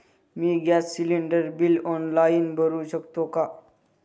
मी gas cylinder bill online भरु शकते का?